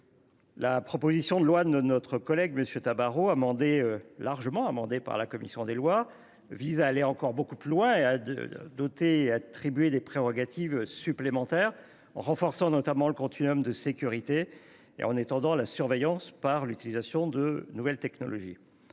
La proposition de loi de notre collègue, largement amendée par la commission des lois, vise à aller encore beaucoup plus loin et à attribuer des prérogatives supplémentaires, en renforçant notamment le continuum de sécurité et en étendant la surveillance par le recours à de nouvelles technologies.